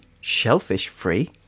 shellfish-free